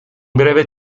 breve